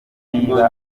niba